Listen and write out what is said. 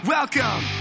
Welcome